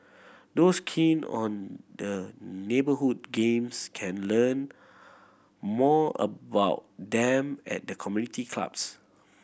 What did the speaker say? those keen on the neighbourhood games can learn more about them at the community clubs